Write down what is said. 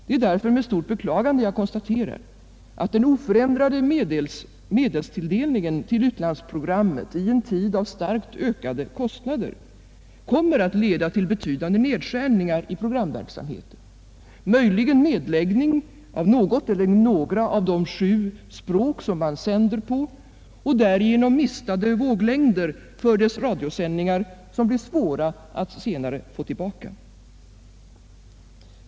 Det är därför med stort beklagande jag konstaterar att den oförändrade medelstilldelningen till utlandsprogrammet i en tid av starkt ökade kostnader kommer att leda till betydande nedskärningar i programverksamheten, möjligen också nedläggning av programmet på något eller några av de sju språk man sänder på och därigenom mistade våglängder, som blir svåra att senare få tillbaka.